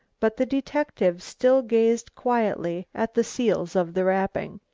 but the detective still gazed quietly at the seals of the wrapping.